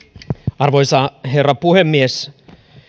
arvoisa herra puhemies